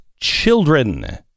children